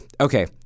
Okay